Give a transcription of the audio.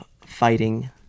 fighting